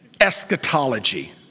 Eschatology